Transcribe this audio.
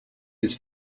his